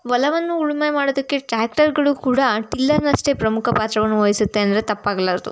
ಹೊಲವನ್ನು ಉಳುಮೆ ಮಾಡೋದಕ್ಕೆ ಟ್ರ್ಯಾಕ್ಟರ್ಗಳು ಕೂಡ ಟಿಲ್ಲರ್ನಷ್ಟೇ ಪ್ರಮುಖ ಪಾತ್ರವನ್ನು ವಹಿಸುತ್ತೆ ಅಂದರೆ ತಪ್ಪಾಗಲಾರ್ದು